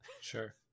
Sure